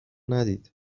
ندید